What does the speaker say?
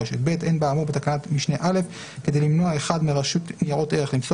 ניירות ערך לגורם בישראל מחוץ לרשות ניירות ערך ולא ייעשה